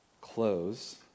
close